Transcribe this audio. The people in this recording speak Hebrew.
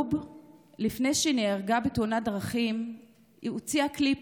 לפני שערוב נהרגה בתאונת דרכים היא הוציאה קליפ,